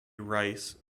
rice